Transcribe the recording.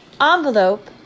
Envelope